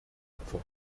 opfer